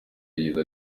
yagize